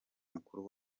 mukuru